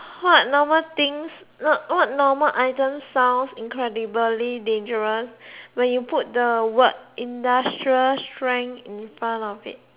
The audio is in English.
what normal things not what normal items sounds incredibly dangerous when you put the word industrial strength in front of it